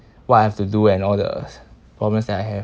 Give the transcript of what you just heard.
what I have to do and all those problems that I have